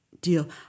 deal